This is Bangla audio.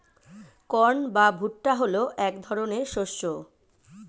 কর্ন বা ভুট্টা হলো এক ধরনের শস্য